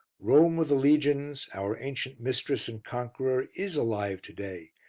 rome of the legions, our ancient mistress and conqueror, is alive to-day,